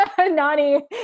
Nani